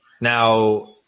now